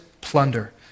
plunder